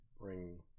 bring